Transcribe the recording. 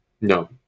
No